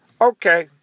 Okay